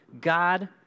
God